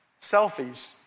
selfies